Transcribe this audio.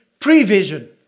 prevision